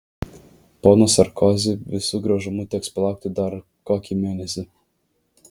pono sarkozi visu gražumu teks palaukti dar kokį mėnesį